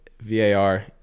var